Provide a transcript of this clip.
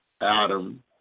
Adam